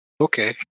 Okay